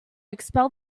expel